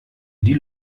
die